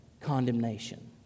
condemnation